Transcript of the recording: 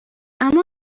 اما